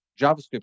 JavaScript